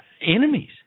enemies